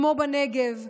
כמו בנגב.